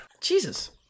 Jesus